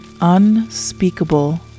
unspeakable